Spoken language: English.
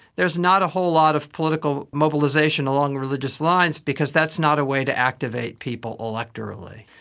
there's not a whole lot of political mobilisation along religious lines because that's not a way to activate people electorally.